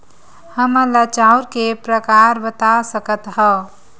हमन ला चांउर के प्रकार बता सकत हव?